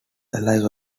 alive